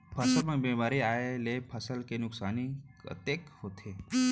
फसल म बेमारी आए ले फसल के नुकसानी कतेक होथे?